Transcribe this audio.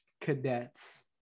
Cadets